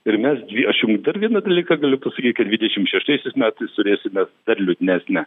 ir mes dvi aš jums dar vieną dalyką galiu pasakyt kad dvidešim šeštaisiais metais turėsime dar liūdnesnę